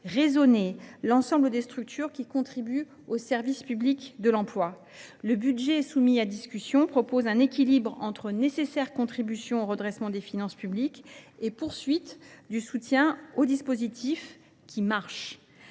raisonnée l’ensemble des structures qui contribuent au service public de l’emploi. Il est proposé, dans le budget qui vous est soumis, un équilibre entre nécessaire contribution au redressement des finances publiques et poursuite du soutien aux dispositifs qui marchent.